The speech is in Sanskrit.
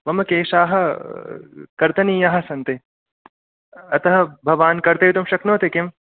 मम केशाः कर्तनीयाः सन्ति अतः भवान् कर्तयितुं शक्नोति किं